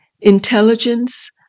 intelligence